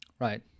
right